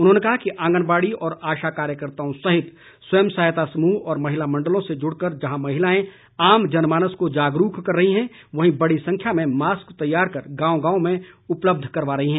उन्होंने कहा कि आंगनबाड़ी और आशा कार्यकर्ताओं सहित स्वयं सहायता समृह व महिला मंडलों से जुड़कर जहां महिलाएं आम जनमानस को जागरूक कर रही हैं वहीं बड़ी संख्या में मास्क तैयार कर गांव गांव में उपलब्ध करवा रही हैं